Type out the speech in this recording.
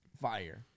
fire